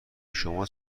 شما